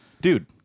Dude